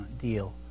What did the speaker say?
deal